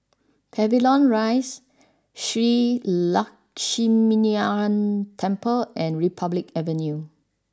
Pavilion Rise Shree Lakshminarayanan Temple and Republic Avenue